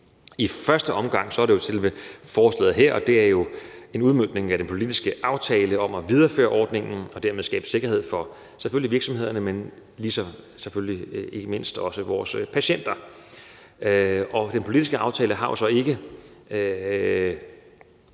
I første omgang er det selve forslaget her, og det er jo en udmøntning af den politiske aftale om at videreføre ordningen og dermed skabe sikkerhed for selvfølgelig virksomhederne, men lige så selvfølgelig ikke mindst også for vores patienter. Den politiske aftale har jo så ikke